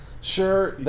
sure